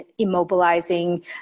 immobilizing